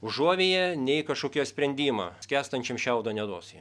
užuovėja nei kažkokio sprendimo skęstančiam šiaudo neduos jie